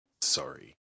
sorry